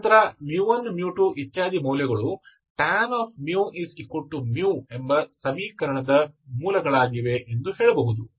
ನಂತರ μ1 μ2 ಇತ್ಯಾದಿ ಮೌಲ್ಯಗಳು tan μ μ ಎಂಬ ಸಮೀಕರಣದ ಮೂಲಗಳಾಗಿವೆ ಎಂದು ಹೇಳಬಹುದು